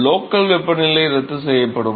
local வெப்பநிலை ரத்து செய்யப்படும்